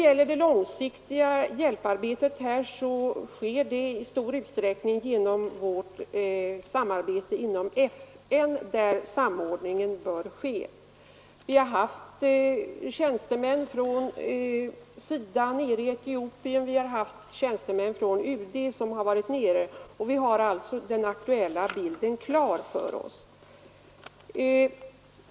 YRSA Det långsiktiga hjälparbetet sker i stor utsträckning genom vårt Om ökade hjälp: insatser i Afrika samarbete inom FN, där samordning bör ske. Vi har haft tjänstemän från SIDA nere i Etiopien och tjänstemän från UD har varit där. Vi har alltså den aktuella bilden klar för oss.